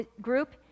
group